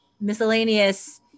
miscellaneous